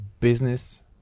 business